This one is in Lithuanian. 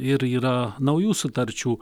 ir yra naujų sutarčių